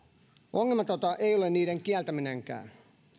ongelmatonta ei ole niiden kieltäminenkään